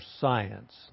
science